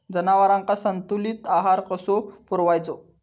जनावरांका संतुलित आहार कसो पुरवायचो?